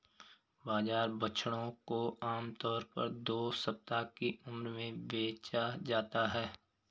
बाजार बछड़ों को आम तौर पर दो सप्ताह की उम्र में बेचा जाता है